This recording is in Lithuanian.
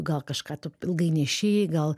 gal kažką tu ilgai neši gal